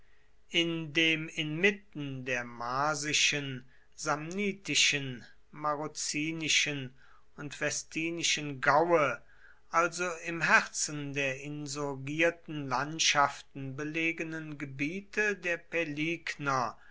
in dem inmitten der marsischen samnitischen marrucinischen und vestinischen gaue also im herzen der insurgierten landschaften belegenen gebiete der päligner